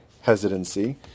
hesitancy